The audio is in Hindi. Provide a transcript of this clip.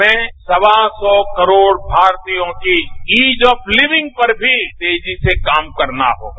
हमें सवा सौ करोड़ भारतीयों की ईज ऑफ लिविंग पर भी तेजी से काम करना होगा